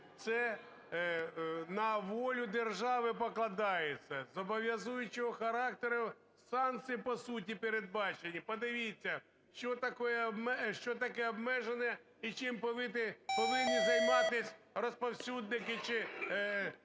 це на волю держави покладається, зобов'язуючого характеру санкції по суті передбачені. Подивіться, що таке обмеження і чим повинні займатись розповсюдники чи